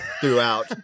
throughout